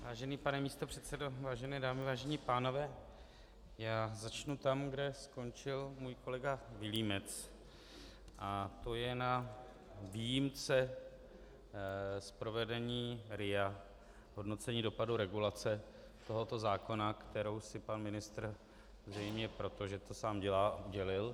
Vážený pane místopředsedo, vážené dámy, vážení pánové, já začnu tam, kde skončil můj kolega Vilímec, a to je na výjimce z provedení RIA, hodnocení dopadu regulace tohoto zákona, kterou si pan ministr zřejmě proto, že to sám dělá, udělil.